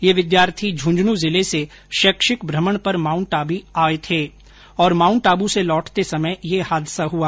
ये विद्यार्थी झुंझुनू जिले से शैक्षिक भ्रमण पर माउंट आबू आए थे और माउंट आबू से लौटते समय यह हादसा हुआ